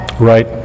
right